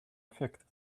affected